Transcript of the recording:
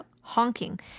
honking